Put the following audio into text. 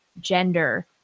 gender